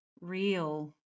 real